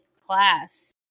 class